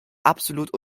absolut